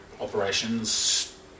operations